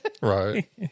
Right